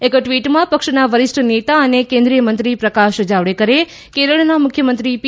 એક ટ઼વીટમાં પક્ષના વરિષ્ઠ નેતા અને કેન્દ્રીયમંત્રી પ્રકાશ જાવડેકરે કેરળના મુખ્યમંત્રી પી